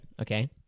Okay